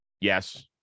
Yes